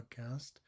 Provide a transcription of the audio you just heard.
podcast